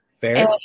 fair